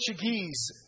Portuguese